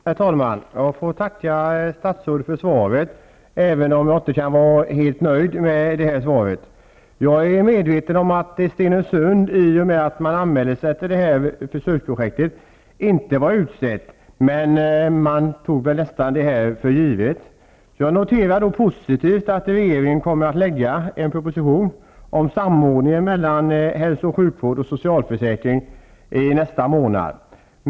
Herr talman! Jag får tacka statsrådet för svaret, även om jag inte kan vara helt nöjd med det. Jag är medveten om att Stenungsund inyr i och med att man anmälde sig till detta försöksprojekt var utsett, men man tog detta nästan för givet. Jag noterar det dock som positivt att regeringen kommer att lägga fram en proposition om samordningen mellan hälso och sjukvården och försäkringskassan i nästa månad.